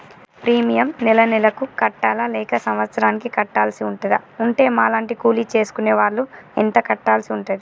Premium నెల నెలకు కట్టాలా లేక సంవత్సరానికి కట్టాల్సి ఉంటదా? ఉంటే మా లాంటి కూలి చేసుకునే వాళ్లు ఎంత కట్టాల్సి ఉంటది?